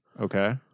Okay